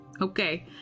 okay